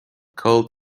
called